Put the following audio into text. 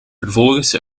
vervolgens